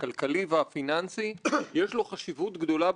הדבר הזה הוא כמובן פרי של עבודה של אנשים רבים.